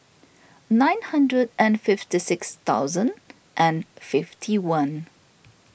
nine hundred and fifty six thousand and fifty one